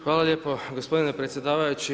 Hvala lijepo gospodine predsjedavajući.